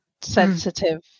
sensitive